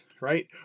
Right